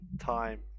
time